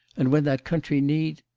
and when that country needs.